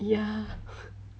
ya